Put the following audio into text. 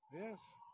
Yes